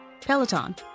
Peloton